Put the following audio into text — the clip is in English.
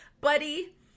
buddy